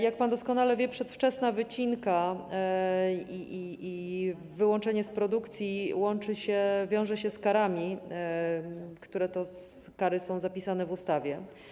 Jak pan doskonale wie, przedwczesna wycinka i wyłączenie z produkcji wiążą się z karami, które to kary są zapisane w ustawie.